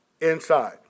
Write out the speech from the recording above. inside